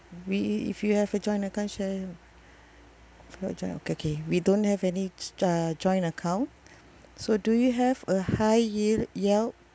we if you have a joint account share your your joint okay we don't have any s~ uh joint account so do you have a high yield yell